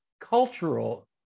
cultural